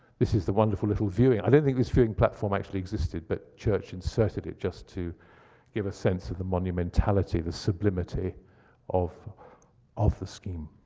this is the wonderful little viewing i don't think this viewing platform actually existed, but church inserted it just to give a sense of the monumentality, the sublimity of of the scheme.